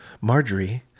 Marjorie